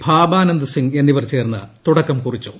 ഭാബാനന്ദ് സിംഗ് എന്നിവർ ചേർന്ന് തുടക്കം കുറിച്ചു